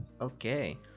Okay